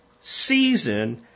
season